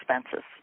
expenses